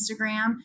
Instagram